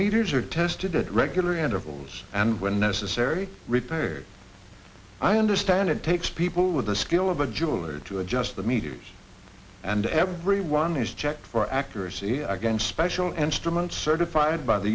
meters are tested at regular intervals and when necessary repairs i understand it takes people with the skill of a jeweller to adjust the meters and everyone is checked for accuracy against special instruments certified by the